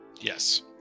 Yes